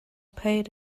paid